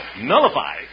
Nullify